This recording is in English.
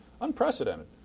Unprecedented